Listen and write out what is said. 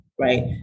Right